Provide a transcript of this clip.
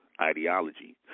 ideology